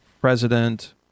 president